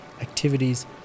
activities